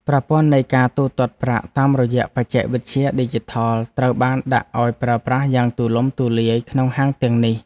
ប្រព័ន្ធនៃការទូទាត់ប្រាក់តាមរយៈបច្ចេកវិទ្យាឌីជីថលត្រូវបានដាក់ឱ្យប្រើប្រាស់យ៉ាងទូលំទូលាយក្នុងហាងទាំងនេះ។